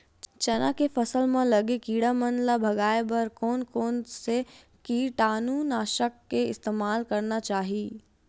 चना के फसल म लगे किड़ा मन ला भगाये बर कोन कोन से कीटानु नाशक के इस्तेमाल करना चाहि?